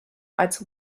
als